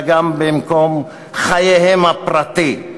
אלא גם במקום חייהם הפרטי.